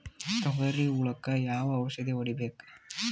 ತೊಗರಿ ಹುಳಕ ಯಾವ ಔಷಧಿ ಹೋಡಿಬೇಕು?